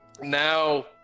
now